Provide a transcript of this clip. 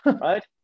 Right